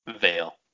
veil